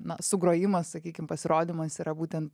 na sugrojimas sakykim pasirodymas yra būtent